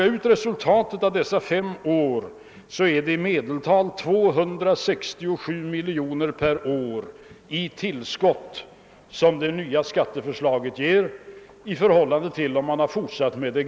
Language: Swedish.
Slås summan av dessa fem år ut jämnt över de fem åren blir resultatet att det nya skatteförslaget ger i medeltal 267 miljoner kronor mer per år räknat i inkomster än vad det gamla förslaget skulle ha gett, om man hade fortsatt med det.